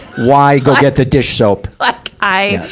why go get the dish soap? like, i,